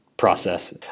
process